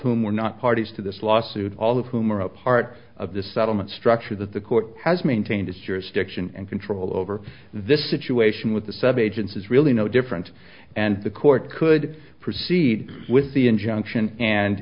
whom were not parties to this lawsuit all of whom are a part of the settlement structure that the court has maintained its jurisdiction and control over this situation with the subagents is really no different and the court could proceed with the injunction and